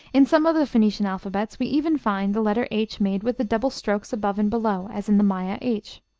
in some of the phoenician alphabets we even find the letter h made with the double strokes above and below, as in the maya h.